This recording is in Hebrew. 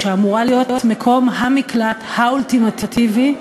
שאמורה להיות מקום המקלט האולטימטיבי,